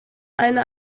eine